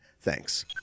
Thanks